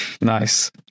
Nice